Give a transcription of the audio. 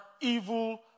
evil